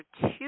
two